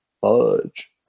fudge